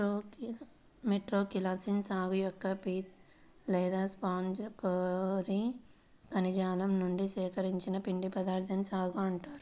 Metroxylon సాగు యొక్క pith లేదా స్పాంజి కోర్ కణజాలం నుండి సేకరించిన పిండి పదార్థాన్నే సాగో అంటారు